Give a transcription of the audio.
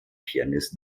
pianist